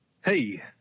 Hey